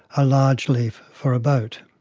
a large leaf for a boat.